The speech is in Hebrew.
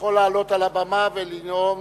יכול לעלות לבמה ולנאום